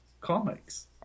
comics